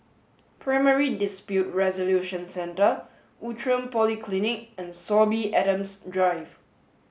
primary dispute resolution centre Outram Polyclinic and Sorby Adams drive